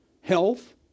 Health